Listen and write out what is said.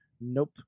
nope